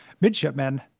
midshipmen